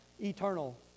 eternal